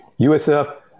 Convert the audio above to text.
USF